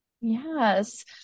Yes